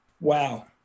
Wow